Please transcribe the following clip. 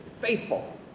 faithful